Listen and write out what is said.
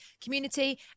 community